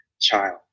child